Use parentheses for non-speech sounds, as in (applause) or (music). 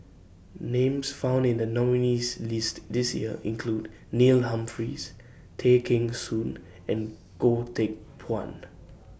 Names found in The nominees' list This Year include Neil Humphreys Tay Kheng Soon and Goh Teck Phuan (noise)